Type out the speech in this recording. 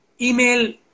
email